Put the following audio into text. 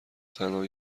تنها